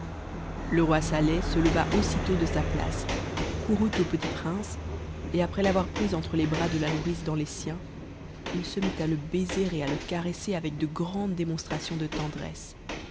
le roi saleh se leva aussitôt de sa place courut au petit prince et après l'avoir pris entre les bras de la nourrice dans les siens il se mit à le baiser et à le caresser avec de grandes démonstrations de tendresse